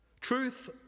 Truth